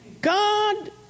God